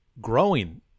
growing